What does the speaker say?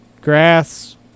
grass